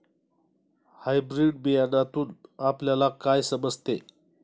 Hybrid बियाण्यातून आपल्याला काय समजते?